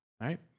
Right